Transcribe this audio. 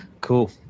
Cool